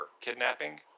kidnapping